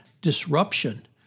disruption